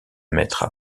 mètres